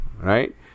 Right